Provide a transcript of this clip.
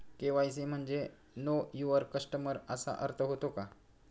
KYC म्हणजे know your customer असा अर्थ होतो का?